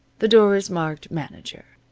the door is marked manager.